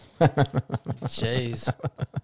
Jeez